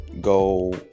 go